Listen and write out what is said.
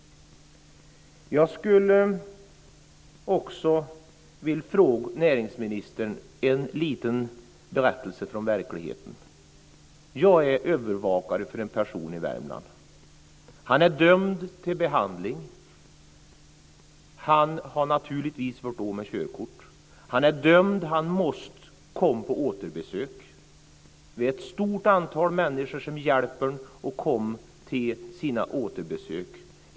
Jag skulle också vilja ge näringsministern en liten berättelse från verkligheten. Jag är övervakare för en person i Värmland. Han är dömd till behandling. Han har naturligtvis blivit av med körkortet. Han måste komma på återbesök. Vi är ett stort antal människor som hjälper honom att komma till sina återbesök.